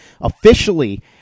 officially